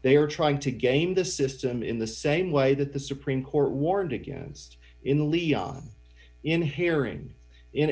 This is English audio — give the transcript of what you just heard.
they are trying to game the system in the same way that the supreme court warned against in the leon in hearing in